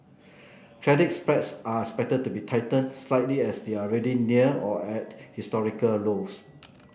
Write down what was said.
credit spreads are expected to be tightened slightly as they are already near or at historical lows